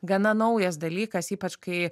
gana naujas dalykas ypač kai